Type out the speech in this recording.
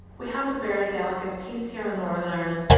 we have a very delicate peace here in northern ireland.